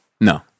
No